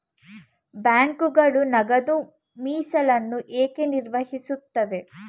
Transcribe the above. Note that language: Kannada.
ಬ್ಯಾಂಕುಗಳು ನಗದು ಮೀಸಲನ್ನು ಏಕೆ ನಿರ್ವಹಿಸುತ್ತವೆ?